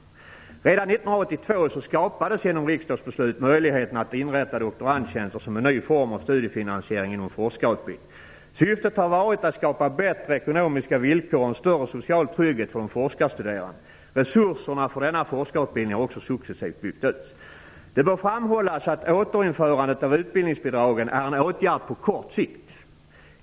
Redan 1982 skapades genom riksdagsbeslut möjligheter att inrätta doktorandtjänster som en ny form av studiefinansiering inom forskarutbildningen. Syftet har varit att skapa bättre ekonomiska villkor och en större social trygghet för forskarstuderande. Resurserna för denna forskarutbildning har också successivt byggts ut. Det bör framhållas att återinförandet av utbildningsbidragen är en åtgärd på kort sikt.